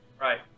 Right